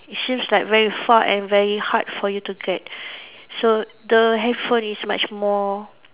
seems like very far and very hard for you to get so the handphone is much more